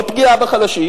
לא פגיעה בחלשים,